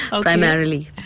Primarily